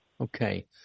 Okay